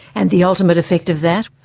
and the ultimate effect of that?